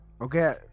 Okay